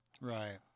Right